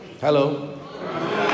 Hello